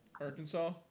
Arkansas